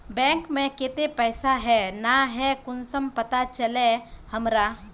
Bank में केते पैसा है ना है कुंसम पता चलते हमरा?